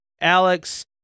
Alex